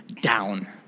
down